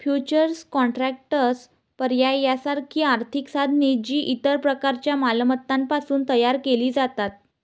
futures contracts, पर्याय यासारखी आर्थिक साधने, जी इतर प्रकारच्या मालमत्तांपासून तयार केली जातात